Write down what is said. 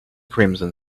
crimson